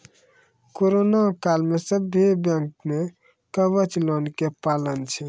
corona काल मे सभ्भे बैंक मे कवच लोन के प्लान छै